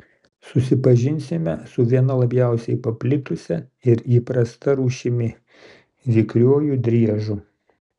susipažinsime su viena labiausiai paplitusia ir įprasta rūšimi vikriuoju driežu